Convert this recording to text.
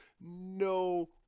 no